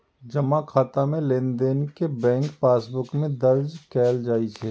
जमा खाता मे लेनदेन कें बैंक पासबुक मे दर्ज कैल जाइ छै